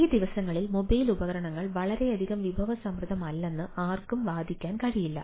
ഈ ദിവസങ്ങളിൽ മൊബൈൽ ഉപകരണങ്ങൾ വളരെയധികം വിഭവസമൃദ്ധമല്ലെന്ന് ആർക്കും വാദിക്കാൻ കഴിയില്ല